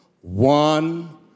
one